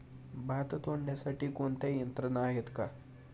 भात तोडण्यासाठी कोणती यंत्रणा आहेत का?